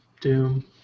doom